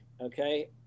okay